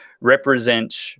represent